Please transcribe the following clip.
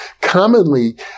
commonly